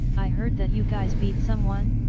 i heard that you guys beat someone,